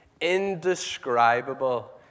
indescribable